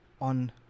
on